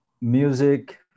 music